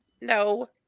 No